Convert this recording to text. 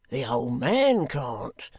the old man can't